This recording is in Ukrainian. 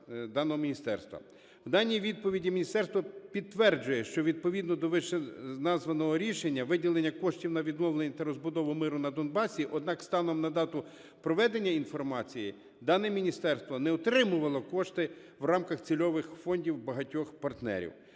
В даній відповіді міністерство підтверджує, що відповідно до вищеназваного рішення виділено кошти на відновлення та розбудову миру на Донбасі, однак станом на дату проведення інформації дане міністерство не отримувало кошти в рамках цільових фондів багатьох партнерів.